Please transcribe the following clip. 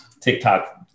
TikTok